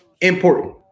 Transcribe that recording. important